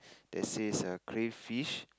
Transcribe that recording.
that is a crayfish